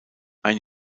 ein